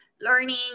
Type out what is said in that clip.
learning